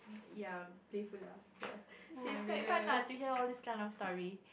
ya playful lah so ya so it's quite fun lah to hear all this kind of story